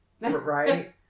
Right